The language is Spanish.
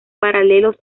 paralelos